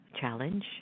Challenge